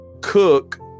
Cook